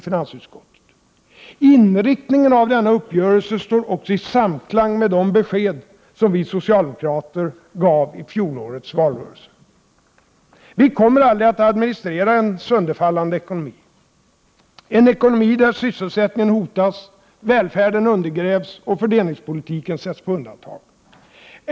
Inriktningen av denna uppgörelse står också i samklang med de besked som vi socialdemokrater gav i fjolårets valrörelse. Vi kommer aldrig att administrera en sönderfallande ekonomi, en ekonomi där sysselsättningen hotas, välfärden undergrävs och fördelningspolitiken sätts på undantag.